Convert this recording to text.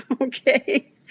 Okay